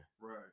Right